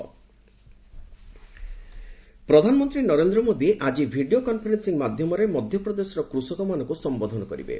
PM farmers ପ୍ରଧାନମନ୍ତ୍ରୀ ନରେନ୍ଦ୍ର ମୋଦି ଆଜି video conferencing ମାଧ୍ୟମରେ ମଧ୍ୟପ୍ରଦେଶର କୃଷକମାନଙ୍କୁ ସମ୍ବୋଧନ କରିବେ